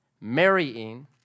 marrying